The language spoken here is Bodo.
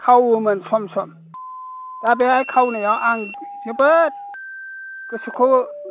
खावोमोन सम सम दा बेहाय खावनायाव आं जोबोद गोसोखौ